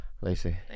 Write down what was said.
Lacey